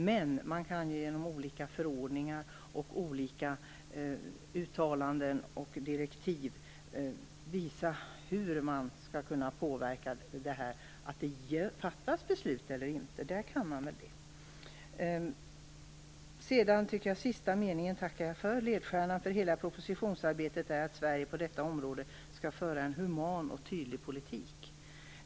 Men man kan genom olika förordningar, uttalanden och direktiv visa hur man skall påverka för att det skall fattas beslut. Det kan man väl göra. Den sista meningen tackar jag för: "Ledstjärnan för hela propositionsarbetet är att Sverige på detta område skall föra en human och tydlig politik."